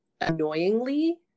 annoyingly